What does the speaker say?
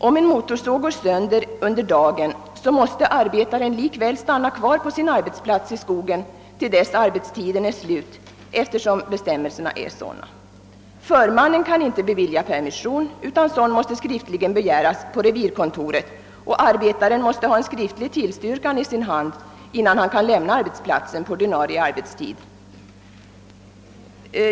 Om en motorsåg går sönder under dagen måste arbetaren likväl stanna kvar på sin arbetsplats i skogen till dess att arbetstiden är slut, eftersom bestämmelserna föreskriver detta. Förmannen kan inte bevilja permission, utan sådan måste skriftligen begäras på revirkontoret, och arbetaren måste ha en skriftlig tillstyrkan i sin hand innan han kan lämna arbetsplatsen på ordinarie arbetstid.